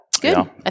Good